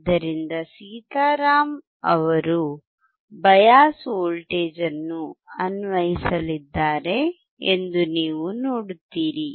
ಆದ್ದರಿಂದ ಸೀತಾರಾಮ್ ಅವರು bias voltage ಅನ್ನು ಅನ್ವಯಿಸಲಿದ್ದಾರೆ ಎಂದು ನೀವು ನೋಡುತ್ತೀರಿ